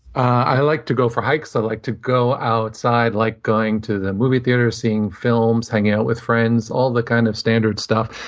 i like to go for hikes. i like to go outside. i like going to the movie theaters, seeing films, hanging out with friends, all the kind of standard stuff.